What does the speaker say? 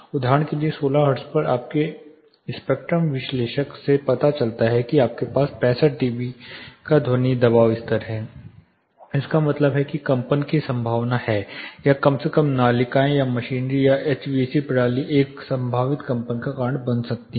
उदाहरण के लिए 16 हर्ट्ज पर आपके स्पेक्ट्रम विश्लेषक से पता चलता है कि आपके पास 65 डीबी का ध्वनि दबाव स्तर है इसका मतलब है कि कंपन की संभावना है या कम से कम नलिकाएं या मशीनरी या एचवीएसी प्रणाली एक संभावित कंपन का कारण बन सकती है